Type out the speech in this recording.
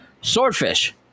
Swordfish